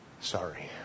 Sorry